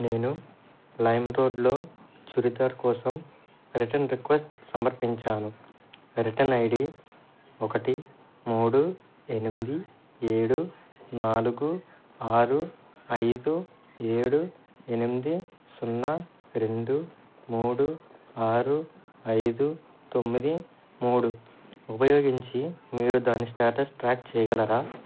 నేను లైమ్రోడ్లో చురిదార్ కోసం రిటర్న్ రిక్వెస్ట్ సమర్పించాను రిటర్న్ ఐ డి ఒకటి మూడు ఎనిమిది ఏడు నాలుగు ఆరు ఐదు ఏడు ఎనిమిది సున్నా రెండు మూడు ఆరు ఐదు తొమ్మిది మూడు ఉపయోగించి మీరు దాని స్టేటస్ ట్రాక్ చేయగలరా